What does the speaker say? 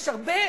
יש הרבה